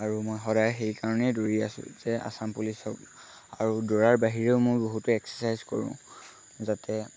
আৰু মই সদায় সেইকাৰণেইে দৌৰি আছোঁ যে আচাম পুলিচ হওক আৰু দৌৰাৰ বাহিৰেও মই বহুতো এক্সাৰচাইজ কৰোঁ যাতে